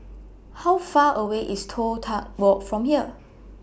How Far away IS Toh Tuck Walk from here